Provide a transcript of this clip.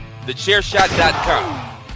TheChairShot.com